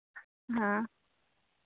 हाँ